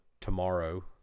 tomorrow